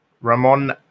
Ramon